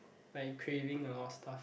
like craving a lot of stuff